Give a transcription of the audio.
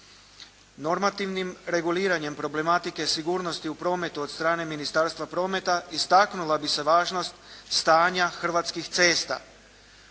Normativnim reguliranjem problematike sigurnosti u prometu od strane Ministarstva prometa istaknula bi se važnost stanja hrvatskih cesta